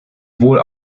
wohl